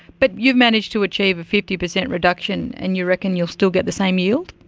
but you've managed to achieve a fifty percent reduction and you reckon you will still get the same yield?